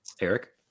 eric